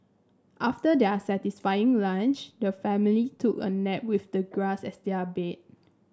after their satisfying lunch the family took a nap with the grass as their bed